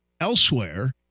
Elsewhere